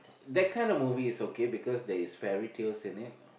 that kind of movie is okay because there is fairy tales in it